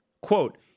quote